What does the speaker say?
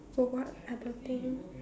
so what other thing